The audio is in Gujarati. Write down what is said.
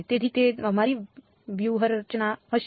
તેથી તે અમારી વ્યૂહરચના હશે